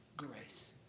grace